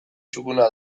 txukuna